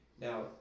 Now